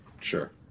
Sure